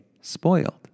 spoiled